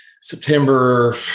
September